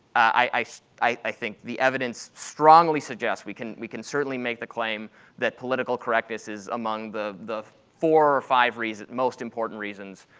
i i think the evidence strongly suggests, we can we can certainly make the claim that political correctness is among the the four or five reasons, most important reasons,